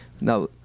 Now